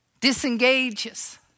disengages